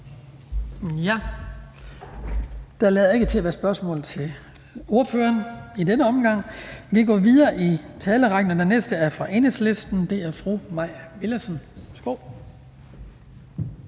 Der lader ikke til at være spørgsmål til ordføreren i denne omgang. Vi går videre i talerrækken, og den næste taler er fra Enhedslisten, og det er fru Mai Villadsen.